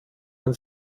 man